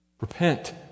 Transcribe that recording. Repent